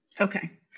Okay